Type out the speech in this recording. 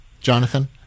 Jonathan